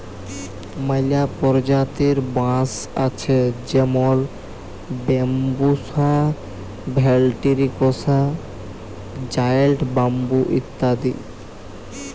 ম্যালা পরজাতির বাঁশ আছে যেমল ব্যাম্বুসা ভেলটিরিকসা, জায়েল্ট ব্যাম্বু ইত্যাদি